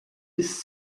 bis